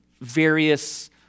various